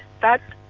that